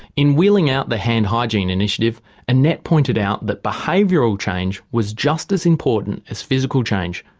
in wheeling out the hand hygiene initiative annette pointed out that behavioural change was just as important as physical change.